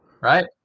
Right